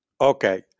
okay